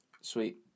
Sweet